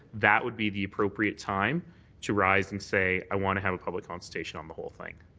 that would be the appropriate time to rise and say i want to have a public consultation on the whole thing.